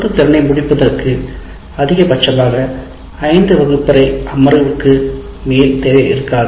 ஒரு திறனை முடிப்பதற்கு அதிகபட்சமாக ஐந்து வகுப்பறை அமர்வுகளுக்கு மேல் தேவை இருக்காது